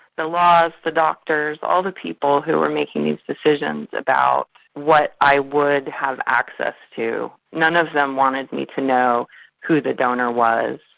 the laws, laws, the doctors, all the people who are making these decisions about what i would have access to, none of them wanted me to know who the donor was,